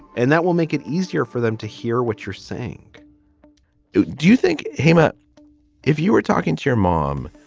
and that will make it easier for them to hear what you're saying who do you think came up if you were talking to your mom?